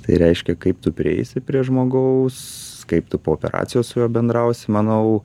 tai reiškia kaip tu prieisi prie žmogaus kaip tu po operacijos su juo bendrausi manau